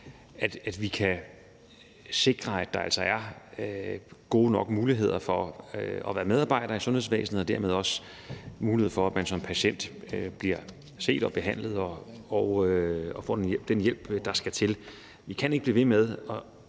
at vi kan sikre, at der altså er gode nok muligheder for at være medarbejder i sundhedsvæsenet og dermed også mulighed for, at man som patient bliver set og behandlet og får den hjælp, der skal til. Vi kan ikke blive ved med